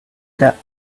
that